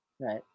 Right